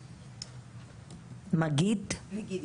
עו"ס במקלט ויצ"ו לנשים נפגעות אלימות.